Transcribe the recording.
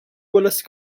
wallace